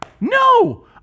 No